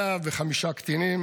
105 קטינים